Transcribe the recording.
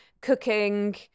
cooking